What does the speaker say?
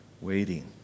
waiting